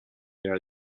there